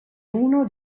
uno